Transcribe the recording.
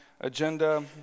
agenda